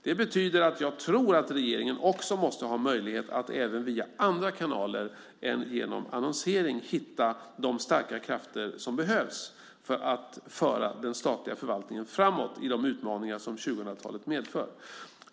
Det betyder att jag tror att regeringen också måste ha möjlighet att även via andra kanaler än genom annonsering hitta de starka krafter som behövs för att föra den statliga förvaltningen framåt i de utmaningar som 2000-talet medför.